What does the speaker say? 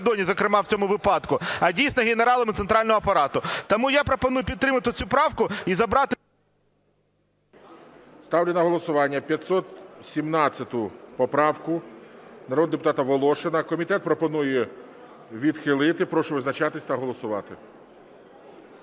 Ставлю на голосування 517 поправку народного депутата Волошина. Комітет пропонує відхилити. Прошу визначатися та голосувати.